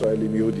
ישראלים יהודים.